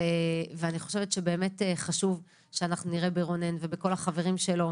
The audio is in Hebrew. אני חושבת שבאמת חשוב שאנחנו נראה ברונן ובכל החברים שלו,